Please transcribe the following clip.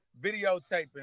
videotaping